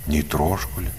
nei troškulį